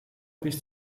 bis